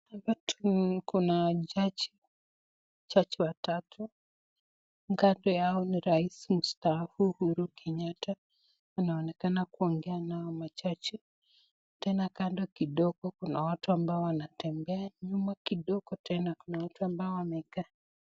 Hapa kuna jaji watatu kando yao ni rais mtaafu Uhuru Kenyatta anaonekana kuongea na hawa majaji tena kando kidogo kuna watu ambao wanatembea nyuma kidogo tena kuna watu ambao wamekaa.